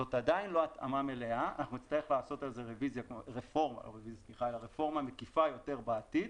זאת עדיין לא התאמה מלאה ונצטרך לעשות על זה רפורמה מקיפה יותר בעתיד,